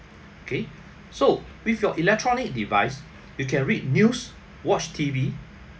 K so with your electronic device you can read news watch T_V